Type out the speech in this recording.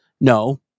No